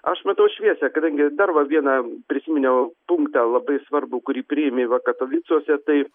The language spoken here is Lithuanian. aš matau šviesą kadangi dar va vieną prisiminiau punktą labai svarbų kurį priėmė va katovicuose tai